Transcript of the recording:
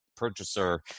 purchaser